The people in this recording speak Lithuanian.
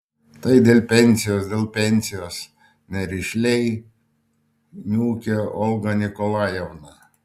tai dėl pensijos dėl pensijos nerišliai niūkė olga nikolajevna